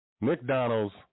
McDonald's